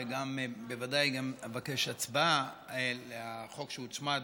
ובוודאי גם אבקש הצבעה על החוק שהוצמד